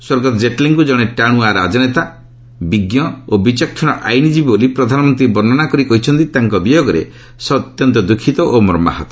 ସ୍ୱର୍ଗତ ଜେଟ୍ଲୀଙ୍କୁ ଜଣେ ଟାଣୁଆ ରାଜନେତା ବିଞ୍କ ଓ ବିଚକ୍ଷଣ ଆଇନଜୀବୀ ବୋଲି ପ୍ରଧାନମନ୍ତ୍ରୀ ବର୍ଷ୍ଣନା କରି କହିଛନ୍ତି ତାଙ୍କ ବିୟୋଗରେ ସେ ଅତ୍ୟନ୍ତ ଦୁଃଖିତ ଓ ମର୍ମାହତ